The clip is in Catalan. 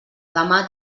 demà